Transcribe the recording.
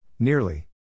Nearly